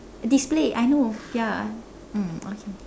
display I know ya mm okay